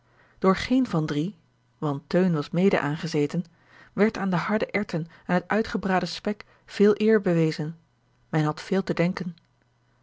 door geen van drie want teun was mede aangezeten werd aan de harde erwten en het uitgebraden spek veel eer bewezen men had veel te denken